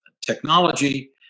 technology